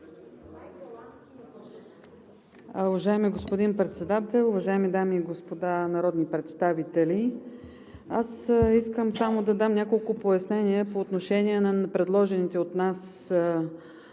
Уважаеми господин Председател, уважаеми дами и господа народни представители! Аз искам само да дам няколко пояснения по отношение на предложените от нас